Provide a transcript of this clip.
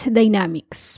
dynamics